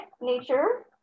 nature